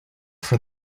for